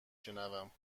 شنوم